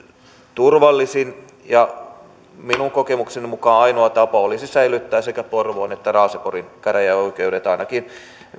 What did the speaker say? turvallisin ja minun kokemukseni mukaan ainoa tapa olisi säilyttää sekä porvoon että raaseporin käräjäoikeudet ainakin niin